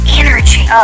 energy